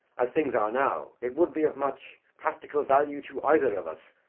as things are now, it would be of much practical value to either of us,